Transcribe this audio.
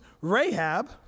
Rahab